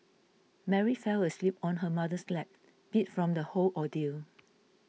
Mary fell asleep on her mother's lap beat from the whole ordeal